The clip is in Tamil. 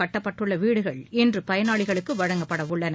கட்டபட்டுள்ள வீடுகள் இன்று பயனாளிகளுக்கு வழங்கப்படவுள்ளன